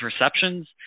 receptions